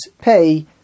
pay